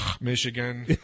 Michigan